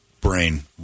brain